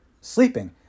sleeping